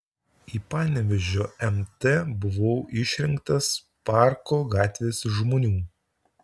į panevėžio mt buvau išrinktas parko gatvės žmonių